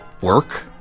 work